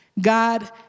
God